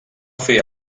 fer